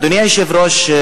אדוני היושב-ראש,